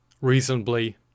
reasonably